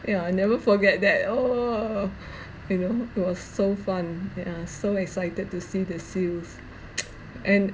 yeah I never forget that oh you know it was so fun and uh so excited to see the seals and